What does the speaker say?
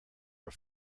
are